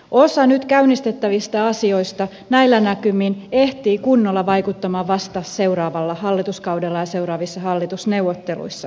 osa nyt käynnistettävistä asioista näillä näkymin ehtii kunnolla vaikuttamaan vasta seuraavalla hallituskaudella ja seuraavissa hallitusneuvotteluissa